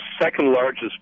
second-largest